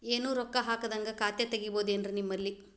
ಏನು ರೊಕ್ಕ ಹಾಕದ್ಹಂಗ ಖಾತೆ ತೆಗೇಬಹುದೇನ್ರಿ ನಿಮ್ಮಲ್ಲಿ?